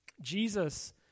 Jesus